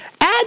Add